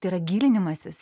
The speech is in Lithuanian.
tai yra gilinimasis